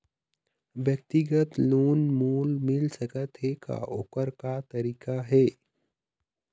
व्यक्तिगत लोन मोल मिल सकत हे का, ओकर का तरीका हे?